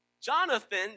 Jonathan